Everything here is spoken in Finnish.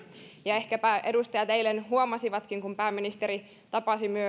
ehkäpä edustajat eilen huomasivatkin että kun pääministeri tapasi